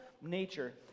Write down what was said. nature